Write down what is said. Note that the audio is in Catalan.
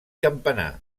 campanar